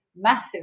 massive